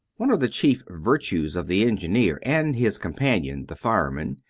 one of the chief virtues of the engineer and his companion, the fireman,